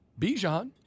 Bijan